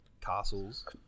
castles